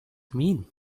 mean